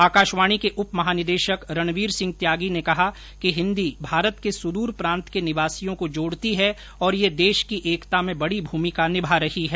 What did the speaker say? आकाशवाणी के उप महानिदेशक रणवीर सिंह त्यागी ने कहा कि हिन्दी भारत के सुदूर प्रांत के निवासियों को जोड़ती है और यह देश की एकता में बडी भुमिका निभा रही है